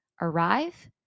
arrive